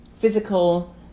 physical